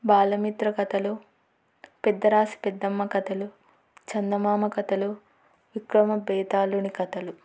బాలమిత్ర కథలు పెద్దరాసి పెద్దమ్మ కథలు చందమామ కథలు విక్రమ బేతాలుని కథలు